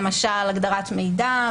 למשל הגדרת מידע,